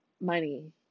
money